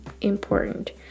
important